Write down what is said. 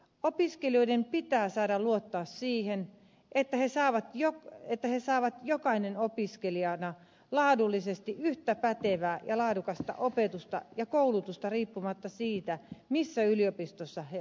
opiskelijoiden pitää saada luottaa siihen että he saavat jokainen opiskelijana laadullisesti yhtä pätevää ja laadukasta opetusta ja koulutusta riippumatta siitä missä yliopistossa he opiskelevat